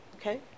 Okay